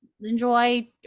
enjoy